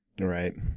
Right